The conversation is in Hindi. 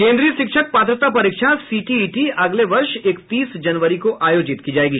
केंद्रीय शिक्षक पात्रता परीक्षा सीटीईटी अगले वर्ष इकतीस जनवरी को आयोजित की जाएगी